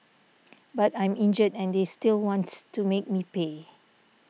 but I'm injured and they still wants to make me pay